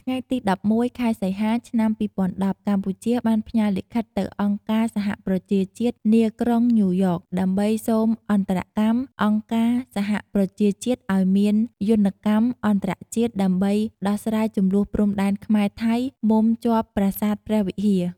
ថ្ងៃទី១១ ខែសីហា ឆ្នាំ២០១០ កម្ពុជាបានផ្ញើលិខិតទៅអង្គការសហប្រជាជាតិ នាក្រុងញ៉ូវយ៉ក ដើម្បីសូមអន្តរាគមន៍អង្គការសហប្រជាជាតិឱ្យមានយន្តកម្មអន្តរជាតិ ដើម្បីដោះស្រាយជម្លោះព្រំដែនខ្មែរ-ថៃមុំជាប់ប្រាសាទព្រះវិហារ។